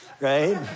right